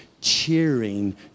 cheering